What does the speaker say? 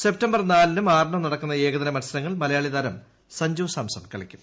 September നാലിനും ആറിനും നടക്കുന്ന ഏകദിന മത്സരങ്ങളിൽ മലയാളിതാരം സഞ്ചു സാംസൺ കളിക്കും